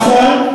נכון,